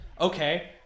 okay